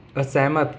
ਅਸਹਿਮਤ